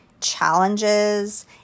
challenges